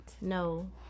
No